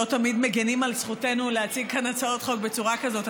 לא תמיד מגינים על זכותנו להציג הצעות חוק בצורה כזאת,